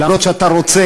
גם אם אתה רוצה,